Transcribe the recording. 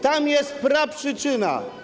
Tam jest praprzyczyna.